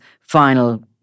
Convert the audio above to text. final